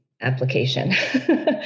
application